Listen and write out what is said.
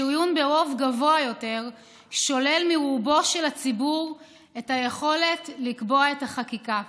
שריון ברוב גבוה יותר שולל מרוב הציבור את היכולת לקבוע את החקיקה.